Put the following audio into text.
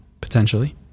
potentially